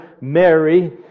Mary